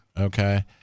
Okay